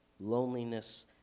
loneliness